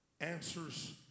answers